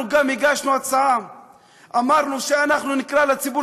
גם אנחנו הגשנו הצעה: אמרנו שנקרא לציבור